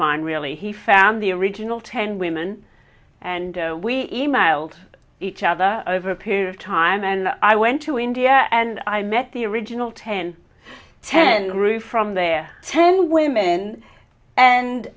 mine really he found the original ten women and we emailed each other over a period of time and i went to india and i met the original ten ten grew from there ten women and